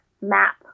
map